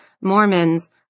Mormons